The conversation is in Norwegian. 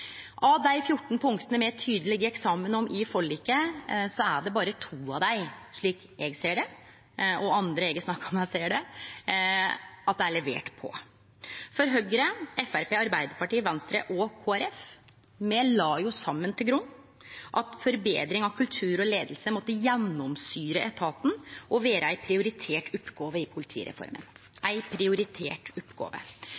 Av dei 14 punkta me tydeleg gjekk saman om i forliket, er det berre to – slik eg og andre eg har snakka med, ser det – der ein har levert. Høgre, Framstegspartiet, Arbeidarpartiet, Venstre og Kristeleg Folkeparti la saman til grunn at forbetring av kultur og leiing måtte gjennomsyre etaten og vere ei prioritert oppgåve i